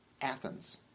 Athens